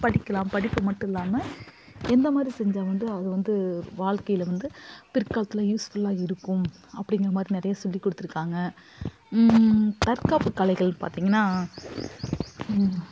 படிக்கலாம் படிப்பு மட்டும் இல்லாமல் எந்த மாதிரி செஞ்சால் வந்து அது வந்து வாழ்க்கையில் வந்து பிற்காலத்தில் யூஸ்ஃபுல்லாக இருக்கும் அப்படிங்கிற மாதிரி நிறைய சொல்லிக் கொடுத்துருக்காங்க தற்காப்பு கலைகள்னு பார்த்தீங்கன்னா